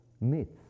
myths